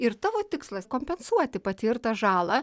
ir tavo tikslas kompensuoti patirtą žalą